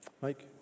Mike